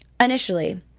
Initially